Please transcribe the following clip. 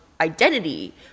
identity